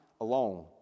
alone